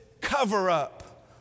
cover-up